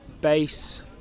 bass